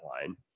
line